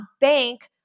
bank